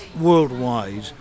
worldwide